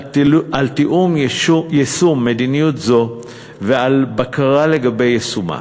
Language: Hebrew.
על תיאום יישום מדיניות זו ועל בקרה לגבי יישומה.